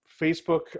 facebook